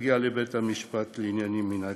להגיע לבית-המשפט לעניינים מינהליים.